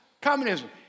communism